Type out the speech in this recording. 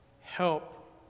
help